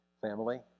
family